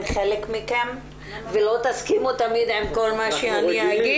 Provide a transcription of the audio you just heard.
חלק מכם ולא תסכימו תמיד עם כל מה שאני אגיד,